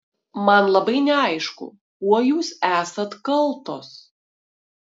man labai neaišku kuo jūs esat kaltos